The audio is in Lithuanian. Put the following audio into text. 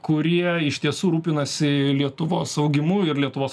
kurie iš tiesų rūpinasi lietuvos augimu ir lietuvos